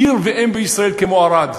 עיר ואם בישראל כמו ערד,